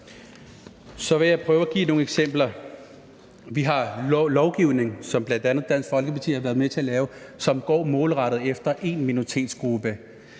Så vil jeg prøve at give nogle eksempler. Vi har lovgivning, som bl.a. Dansk Folkeparti har været med til at lave, som går målrettet efter en minoritetsgruppe.